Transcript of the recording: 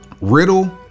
Riddle